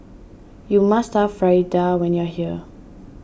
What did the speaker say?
you must try Fritada when you are here